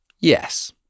Yes